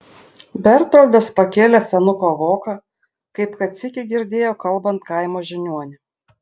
bertoldas pakėlė senuko voką kaip kad sykį girdėjo kalbant kaimo žiniuonį